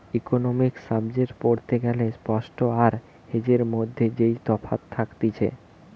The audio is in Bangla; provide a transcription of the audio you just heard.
ইকোনোমিক্স সাবজেক্ট পড়তে গ্যালে স্পট আর হেজের মধ্যে যেই তফাৎ থাকতিছে